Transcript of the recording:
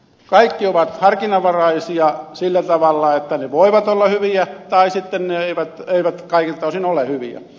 kaikki ovat harkinnanvaraisia sillä tavalla että ne voivat olla hyviä tai sitten ne eivät kaikilta osin ole hyviä